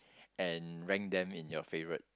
and rank them in your favorite